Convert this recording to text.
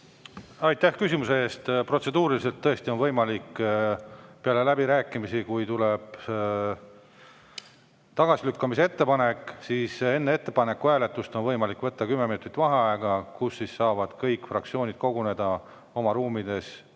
Aitäh küsimuse eest! Protseduuriliselt tõesti on see võimalik pärast läbirääkimisi. Kui tuleb katkestamise ettepanek, siis enne ettepaneku hääletamist on võimalik võtta kümme minutit vaheaega, kus saavad kõik fraktsioonid koguneda oma ruumides ja